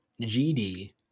GD